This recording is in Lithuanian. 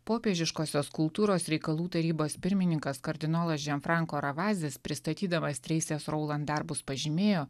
popiežiškosios kultūros reikalų tarybos pirmininkas kardinolas ženfranko ravazis pristatydamas treisės roulan darbus pažymėjo